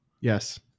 yes